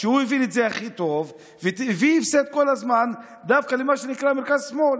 שהבין את זה הכי טוב והביא הפסד כל הזמן דווקא למה שנקרא מרכז-שמאל.